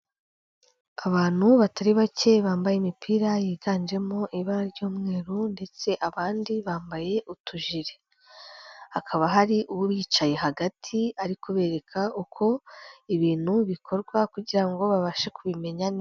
Abantu batari bake bambaye imipira yiganjemo ibara ry'umweru ndetse abandi bambaye utujiri, hakaba hari ubicaye hagati ari kubereka uko ibintu bikorwa kugira ngo babashe kubimenya neza.